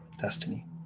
destiny